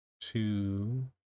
two